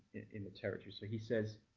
in the territory. so he says,